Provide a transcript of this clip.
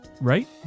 right